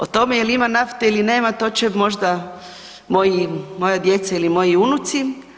O tome jel' ima nafte ili nema to će možda moja djeca ili maji unuci.